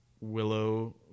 willow